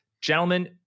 Gentlemen